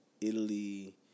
Italy